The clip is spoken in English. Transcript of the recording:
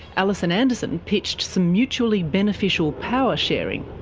alison anderson pitched some mutually beneficial power sharing.